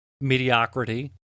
mediocrity